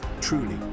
truly